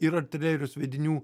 ir artilerijos sviedinių